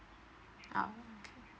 ah okay